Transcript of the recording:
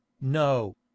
No